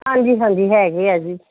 ਹਾਂਜੀ ਹਾਂਜੀ ਹੈਗੇ ਆ ਜੀ